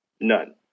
none